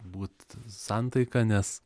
būt santaika nes